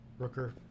Rooker